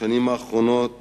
בשנים האחרונות